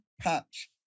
patch